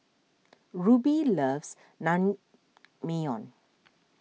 Ruby loves Naengmyeon